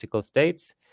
states